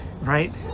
right